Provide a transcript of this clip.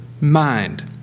mind